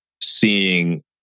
seeing